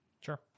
Sure